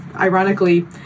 ironically